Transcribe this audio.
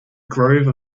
grove